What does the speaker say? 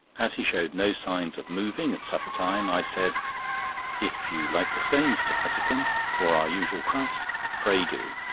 as he showed no signs of moving at supper time, i said if you like to stay, mr. fosselton, for our usual crust pray do.